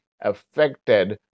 affected